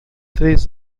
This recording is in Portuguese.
três